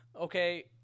okay